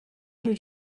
did